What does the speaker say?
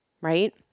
right